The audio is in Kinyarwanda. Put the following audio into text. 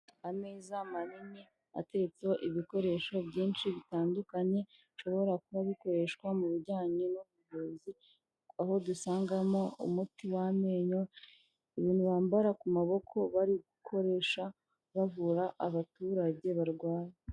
Ameza manini ateretseho ibikoresho byinshi bitandukanye bishobora kuba bikoreshwa mu bijyanye n'ubuvuzi, aho dusangamo umuti w'amenyo, ibintu bambara ku maboko bari gukoresha bavura abaturage barwaye.